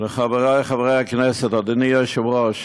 לחברי חברי הכנסת, אדוני היושב-ראש.